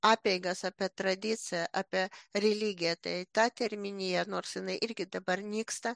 apeigas apie tradiciją apie religiją tai ta terminiją nors jinai irgi dabar nyksta